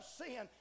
sin